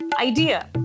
idea